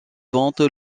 vente